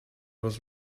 was